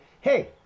hey